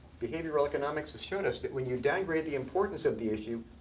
behavioral economics has shown us that when you downgrade the importance of the issue,